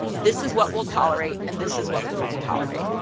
this is what we'll tolerate and this is what we won't tolerate.